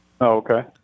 Okay